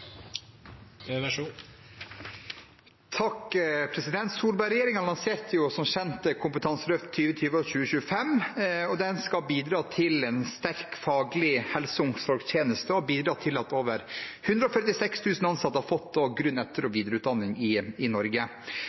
lanserte som kjent Kompetanseløft 2020 og Kompetanseløft 2025, som skal bidra til en sterk faglig helse- og omsorgstjeneste, og som har bidratt til at over 146 000 ansatte har fått grunn-, etter- og videreutdanning i Norge. En av tingene Blankholm-utvalget påpekte i